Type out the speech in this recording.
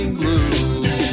blue